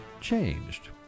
changed